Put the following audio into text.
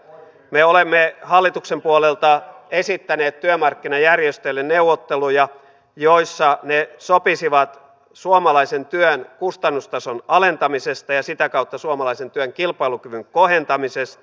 me olemme hallituksen puolelta esittäneet työmarkkinajärjestöille neuvotteluja joissa ne sopisivat suomalaisen työn kustannustason alentamisesta ja sitä kautta suomalaisen työn kilpailukyvyn kohentamisesta